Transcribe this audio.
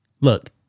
look